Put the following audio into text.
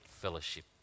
fellowship